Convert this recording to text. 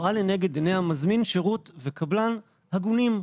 רואה לנגד עיניה מזמין שירות וקבלן הגונים,